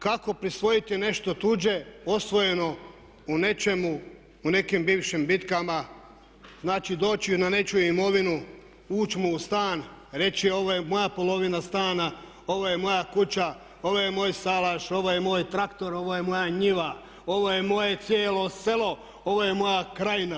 Kako prisvojiti nešto tuđe osvojeno u nekim bivšim bitkama znači doći na nečiju imovinu, ući mu u stan, reći ovo je moja polovina stana, ovo je moja kuća, ovo je moj salaš, ovo je moj traktor, ovo je moja njiva, ovo je moje cijelo selo, ovo je moja krajina.